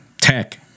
tech